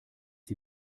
sie